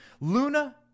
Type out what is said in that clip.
Luna